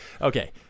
Okay